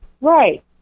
Right